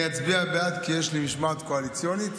אני אצביע בעד כי יש לי משמעת קואליציונית.